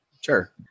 Sure